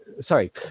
sorry